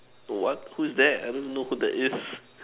what who's that I don't know who that is